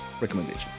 recommendation